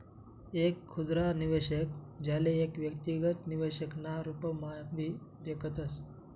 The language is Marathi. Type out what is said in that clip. एक खुदरा निवेशक, ज्याले एक व्यक्तिगत निवेशक ना रूपम्हाभी देखतस